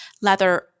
leather